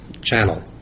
channel